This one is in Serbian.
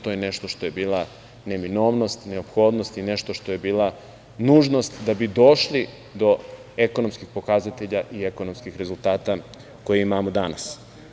To je nešto što je bila neminovnost, neophodnost i nešto što je bila nužnost da bi došli do ekonomskih pokazatelja i ekonomskih rezultata koje imamo danas.